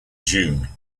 june